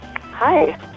Hi